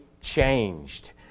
changed